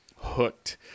hooked